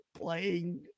playing